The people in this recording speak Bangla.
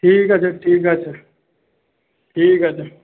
ঠিক আছে ঠিক আছে ঠিক আছে